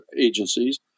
agencies